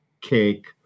cake